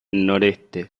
noreste